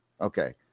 okay